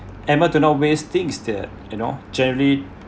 animal do not waste things the you know generally